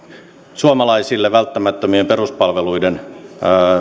suomalaisille välttämättömien peruspalveluiden